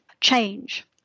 change